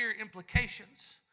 implications